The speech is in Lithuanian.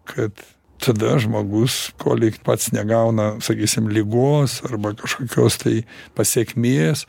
kad tada žmogus koleik pats negauna sakysime ligos arba kažkokios tai pasekmės